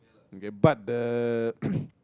okay but the